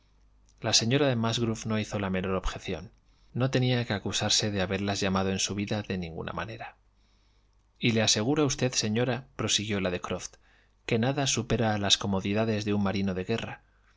la señora de musgrove no hizo la menor objeción no tenía que acusarse de haberlas llamado en su vida de ninguna manera y le aseguro a usted señoraprosiguió la de croft que nada supera a las comodidades de un marino de guerra